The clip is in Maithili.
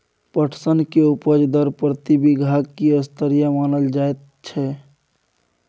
पटसन के उपज दर प्रति बीघा की स्तरीय मानल जायत छै?